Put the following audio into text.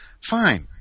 Fine